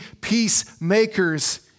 peacemakers